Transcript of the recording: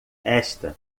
esta